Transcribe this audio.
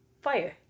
fire